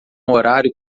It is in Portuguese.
horário